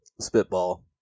spitball